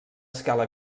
escala